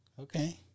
Okay